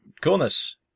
Coolness